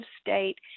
state